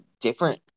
different